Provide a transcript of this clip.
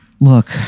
Look